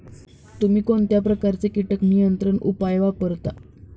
तुम्ही कोणत्या प्रकारचे कीटक नियंत्रण उपाय वापरता?